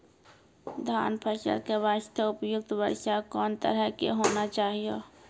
धान फसल के बास्ते उपयुक्त वर्षा कोन तरह के होना चाहियो?